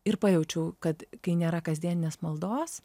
ir pajaučiau kad kai nėra kasdieninės maldos